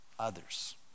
others